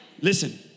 Listen